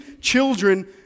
children